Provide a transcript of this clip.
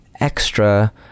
extra